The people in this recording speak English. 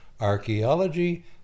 Archaeology